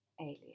alien